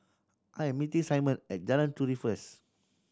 I'm meeting Simon at Jalan Turi first